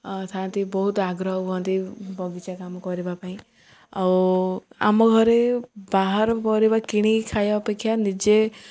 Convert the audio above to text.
ଥାଆନ୍ତି ବହୁତ ଆଗ୍ରହ ହୁଅନ୍ତି ବଗିଚା କାମ କରିବା ପାଇଁ ଆଉ ଆମ ଘରେ ବାହାର ପରିବା କିଣିିକି ଖାଇବା ଅପେକ୍ଷା ନିଜେ